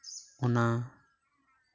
ᱚᱱᱟ